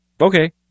okay